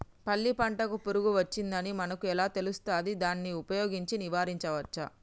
పల్లి పంటకు పురుగు వచ్చిందని మనకు ఎలా తెలుస్తది దాన్ని ఉపయోగించి నివారించవచ్చా?